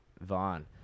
Vaughn